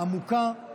עמוקה,